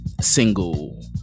single